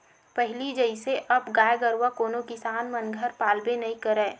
पहिली जइसे अब गाय गरुवा कोनो किसान मन घर पालबे नइ करय